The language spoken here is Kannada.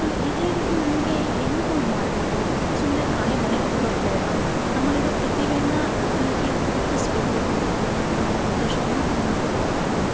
ಆಮೇಲೆ ಇದೆ ರೀತಿ ನನಗೆ ಏನಾದರೂ ಒಂದು ಮಾಡಬೇಕು ಸುಮ್ಮನೆ ಖಾಲಿ ಮನೇಲಿ ಕೂರೋದು ಬೇಡ ನಮ್ಮಲ್ಲಿರೋ ಪ್ರತಿಭೇನ ನಾಲ್ಕು ಜನಕ್ಕೆ ಗುರ್ತಿಸ್ಬೇಕು ಅನ್ಕೊಳ್ಳೋ ಉದ್ದೇಶದಿಂದ ನಾನು ಇದನೆಲ್ಲ ಮಾಡ್ತಾ ಇದ್ದೀನಿ